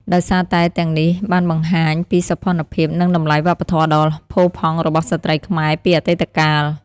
ដោយសារតែទាំងនេះបានបង្ហាញពីសោភ័ណភាព និងតម្លៃវប្បធម៌ដ៏ផូរផង់របស់ស្ត្រីខ្មែរពីអតីតកាល។